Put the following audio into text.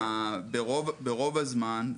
ברור הזמן,